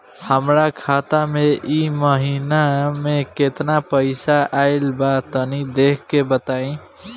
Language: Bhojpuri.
हमरा खाता मे इ महीना मे केतना पईसा आइल ब तनि देखऽ क बताईं?